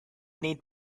need